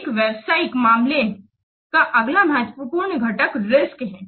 एक व्यावसायिक मामले का अगला महत्वपूर्ण घटक रिस्क है